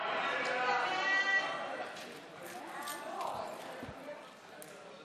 סמכויות מיוחדות להתמודדות עם נגיף הקורונה החדש